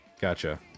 Gotcha